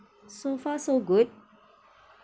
so far so good